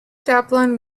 dublin